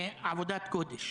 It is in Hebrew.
עבודת קודש.